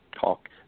talk